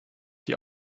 die